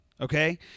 okay